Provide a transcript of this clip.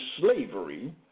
slavery